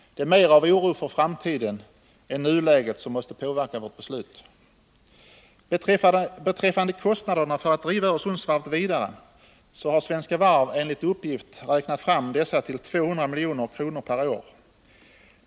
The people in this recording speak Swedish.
Det är mer oro för framtiden än nuläget som måste påverka vårt beslut. Kostnaderna för att driva Öresundsvarvet vidare har Svenska Varv enligt uppgift beräknat till 200 milj.kr. per år.